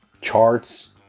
Charts